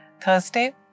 Thursday